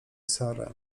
sara